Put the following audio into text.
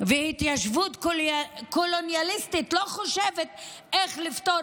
והתיישבות קולוניאליסטית לא חושב איך לפתור